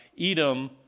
Edom